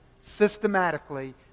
systematically